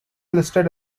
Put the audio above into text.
listed